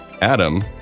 Adam